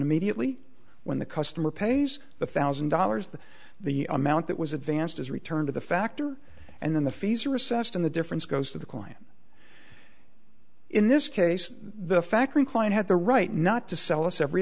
immediately when the customer pays the thousand dollars that the amount that was advanced is returned to the factor and then the fees are assessed on the difference goes to the client in this case the factoring client had the right not to sell us every